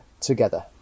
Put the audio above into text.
together